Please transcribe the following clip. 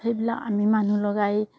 সেইবিলাক আমি মানুহ লগাই